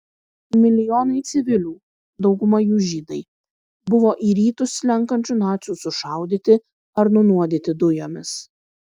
milijonai civilių dauguma jų žydai buvo į rytus slenkančių nacių sušaudyti ar nunuodyti dujomis